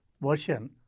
version